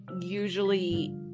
usually